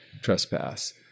trespass